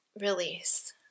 release